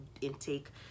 intake